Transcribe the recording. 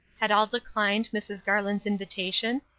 had all declined mrs. garland's invitation,